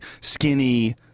skinny